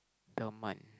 thermite